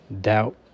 doubt